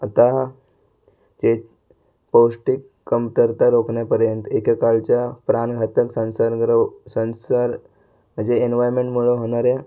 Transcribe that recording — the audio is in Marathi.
आता जेत् पौष्टिक कमतरता रोखण्यापर्यंत एकेकाळच्या प्राणघातक संसर्ग रोग संसर म्हणजे एनवायरमेंटमुळे होणाऱ्या